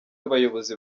abayobozi